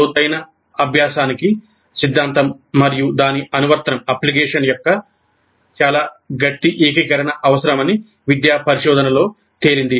లోతైన అభ్యాసానికి సిద్ధాంతం మరియు దాని అనువర్తనం యొక్క చాలా గట్టి ఏకీకరణ అవసరమని విద్యా పరిశోధనలో తేలింది